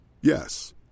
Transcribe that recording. Yes